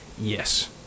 yes